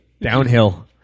Downhill